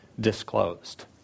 disclosed